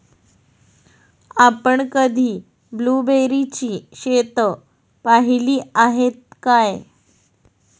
आपण कधी ब्लुबेरीची शेतं पाहीली आहेत काय?